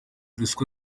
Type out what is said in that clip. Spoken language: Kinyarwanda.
ruswa